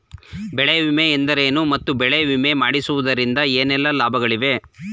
ಬೆಳೆ ವಿಮೆ ಎಂದರೇನು ಮತ್ತು ಬೆಳೆ ವಿಮೆ ಮಾಡಿಸುವುದರಿಂದ ಏನೆಲ್ಲಾ ಲಾಭಗಳಿವೆ?